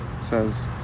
says